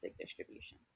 distribution